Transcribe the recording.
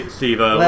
Steve